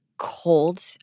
cold